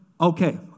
okay